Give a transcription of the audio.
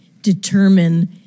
determine